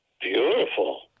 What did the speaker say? beautiful